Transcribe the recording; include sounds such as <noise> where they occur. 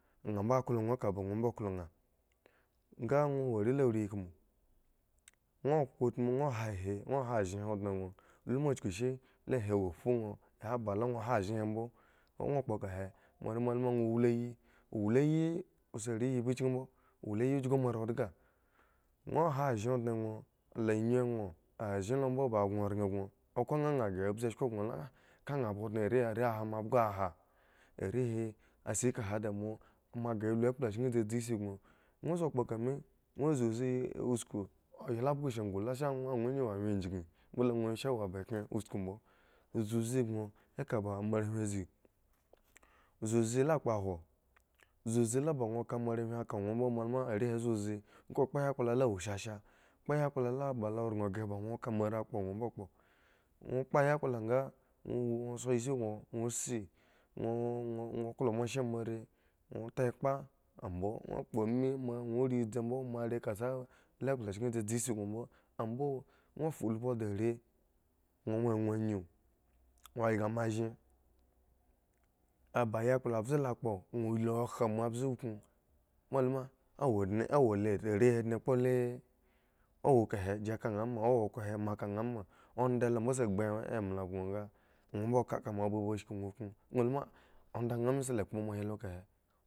Nhambo klo ŋwo ekakagŋo mbo klo nha nga ŋwo wo are la rikmo ŋwo kpo utmu ŋwo han hi ŋwo han azhen he ondne gŋo ŋwo lu ma chukushi a hi awo abhu nwo aba la ŋwo han azhen hi mbo a ŋwo kpo kahe <unintelligible> ma ŋwo wliya owliya osi are yi ibu chki mbo owliya ujgu moare dhga ŋwo han azhen ondne gno la nyu won azhen lombo ba agŋoran bon okhro nh nha ghre abzu eshko la nha ba ondne are hi la are hi han abhgo haha are hi si kahe di moa moa ghre ya lu akpla chki dzeche isi boŋ ŋwo sa kpokame ŋwo ziuzi uskua yla bhgo shaghu la sha la ŋwo sha wo awyen gi mbole la ŋwo sha wo ba khre usku mbo uziuzi boŋ eka ba moarehwin azi ziuzi la kpahwon ziuzi la ba dwoka moarehwin ka ŋwo bo moa lu ma are hi ziuzi nga kpo yakpla la wo shasha kpo yakpla la bo ranghre ba nwo ka moare kpo ba ŋwo mbo kpo nwo kpo yakpl nga ŋwo ri idzi mbo mare kasa lu expla chki dzedze isi boŋ mbo mbo ambo ŋwo fulubhu dare gno won won any ŋwo yga moa azhen aba yakpla mbze la kpo ŋeo la kha moambze kuŋ moa luma owo dne owlole are kidne kpole owo kahe gi kanhama owo khro hi moa ka nha ma ondaha moa sa gbu emele go nga ŋwo moa nbo ba shiki ŋwo kuŋ ŋwo la onda nha me sa kpo moa hi lo kahe.